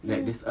mm